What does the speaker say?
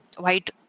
white